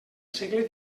segle